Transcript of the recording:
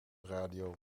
radio